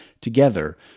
together